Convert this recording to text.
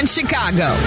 Chicago